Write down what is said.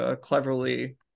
cleverly